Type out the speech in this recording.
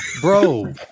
Bro